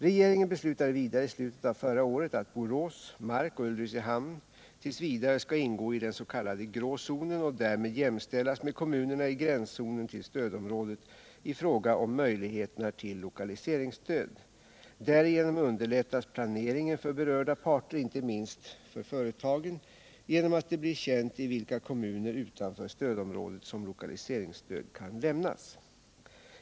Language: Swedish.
Regeringen beslutade vidare i slutet av förra året att Borås, Mark och Ulricehamn t. v. skall ingå i den s.k. grå zonen och därmed jämställas med kommunerna i gränszonen till stödområdet i fråga om möjligheterna till lokaliseringsstöd. Därigenom underlättas planeringen för berörda parter — inte minst företagen — eftersom det blir känt i vilka kommuner utanför stödområdet som lokaliseringsstöd kan lämnas.